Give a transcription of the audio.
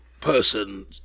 person